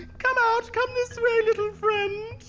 come out. come this way little friend.